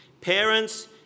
parents